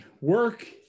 work